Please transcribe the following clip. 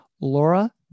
Laura